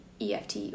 EFT